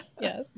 yes